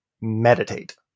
meditate